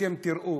ואתם תראו,